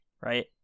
Right